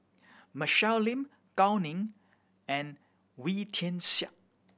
Michelle Lim Gao Ning and Wee Tian Siak